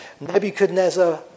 nebuchadnezzar